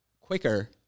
quicker